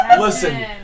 Listen